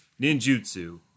ninjutsu